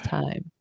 time